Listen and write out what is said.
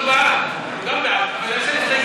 כולם בעד, אבל יש לנו הסתייגויות.